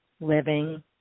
living